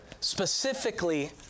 Specifically